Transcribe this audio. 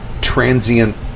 transient